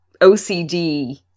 OCD